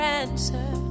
answer